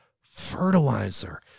fertilizer